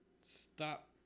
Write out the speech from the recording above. stop